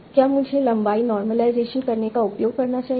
क्या मुझे लंबाई नॉर्मलाईजेशन करने का उपयोग करना चाहिए